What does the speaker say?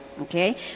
Okay